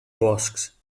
boscs